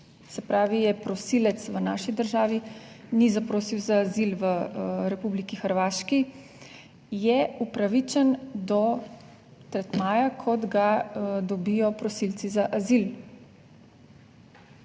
se pravi je prosilec v naši državi ni zaprosil za azil v Republiki Hrvaški, je upravičen do tretmaja kot ga dobijo prosilci za azil.